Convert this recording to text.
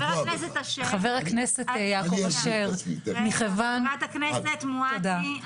חברת הכנסת מואטי,